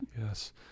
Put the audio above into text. Yes